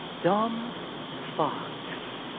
dumb fucks.